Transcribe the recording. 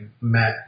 met